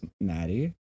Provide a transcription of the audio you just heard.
Maddie